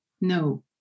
no